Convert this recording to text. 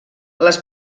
les